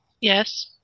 Yes